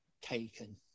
taken